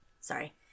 Sorry